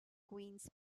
queens